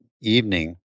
evening